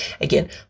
Again